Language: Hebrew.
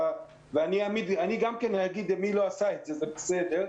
ואני גם אגיד מי לא עשה את זה, זה בסדר.